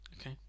Okay